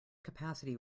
capacity